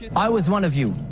i was one of you.